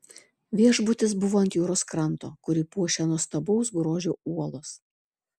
viešbutis buvo ant jūros kranto kurį puošia nuostabaus grožio uolos